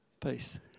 peace